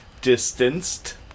distanced